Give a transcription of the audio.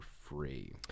free